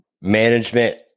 management